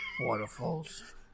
Waterfalls